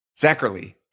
Zachary